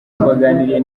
twaganiriye